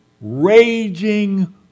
raging